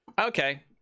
okay